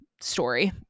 story